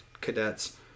cadets